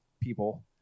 people